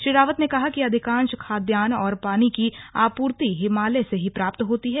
श्री रावत ने कहा कि अधिकांश खाद्यान्न और पानी की आपूर्ति हिमालय से ही प्राप्त होती है